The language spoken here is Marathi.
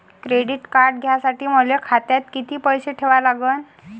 क्रेडिट कार्ड घ्यासाठी मले खात्यात किती पैसे ठेवा लागन?